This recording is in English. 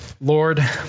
Lord